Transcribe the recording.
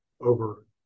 over